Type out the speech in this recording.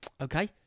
okay